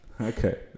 Okay